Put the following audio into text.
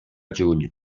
juny